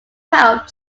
help